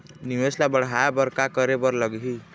निवेश ला बढ़ाय बर का करे बर लगही?